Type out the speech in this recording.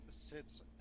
sits